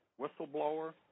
whistleblower